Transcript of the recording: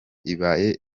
ibaye